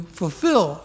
fulfill